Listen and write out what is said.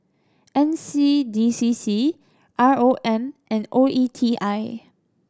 N C D C C R O M and O E T I